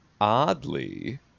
Oddly